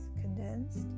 condensed